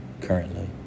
currently